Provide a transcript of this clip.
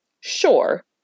sure